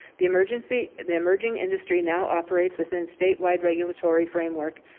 the emergency, the emerging industry now operates within statewide regulatory framework,